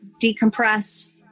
decompress